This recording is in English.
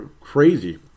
crazy